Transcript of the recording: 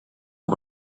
you